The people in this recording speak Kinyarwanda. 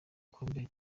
gikombe